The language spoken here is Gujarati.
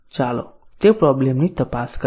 ચાલો તે પ્રોબ્લેમની તપાસ કરીએ